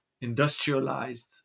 industrialized